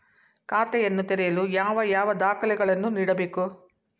ಖಾತೆಯನ್ನು ತೆರೆಯಲು ಯಾವ ಯಾವ ದಾಖಲೆಗಳನ್ನು ನೀಡಬೇಕು?